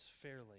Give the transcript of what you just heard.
fairly